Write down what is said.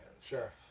sure